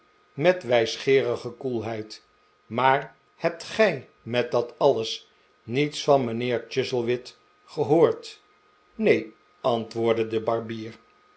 met wijsgeerige koelheid maar hebt gij met dat alles niets van mijnheer chuzzlewit gehoord neen antwoordde de barbier